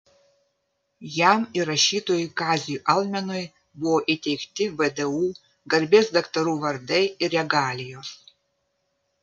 jam ir rašytojui kaziui almenui buvo įteikti vdu garbės daktarų vardai ir regalijos